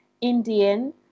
Indian